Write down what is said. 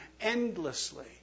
endlessly